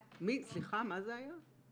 סליחה, מה זה היה?